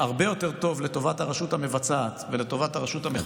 הרבה יותר טוב לטובת הרשות המבצעת ולטובת הרשות המחוקקת מאשר אחרות,